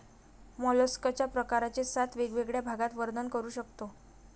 मॉलस्कच्या प्रकारांचे सात वेगवेगळ्या भागात वर्णन करू शकतो